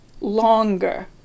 longer